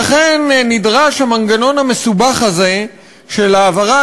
לכן נדרש המנגנון המסובך הזה של העברת